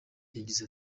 yagize